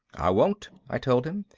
i won't, i told him.